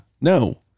No